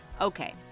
okay